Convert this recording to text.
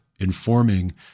informing